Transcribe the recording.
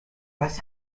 was